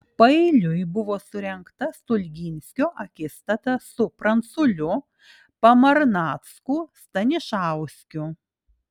paeiliui buvo surengta stulginskio akistata su pranculiu pamarnacku stanišauskiu